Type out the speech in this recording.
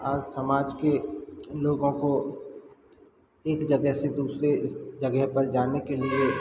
आज समाज के लोगों को एक जगह से दूसरे जगह पर जाने के लिए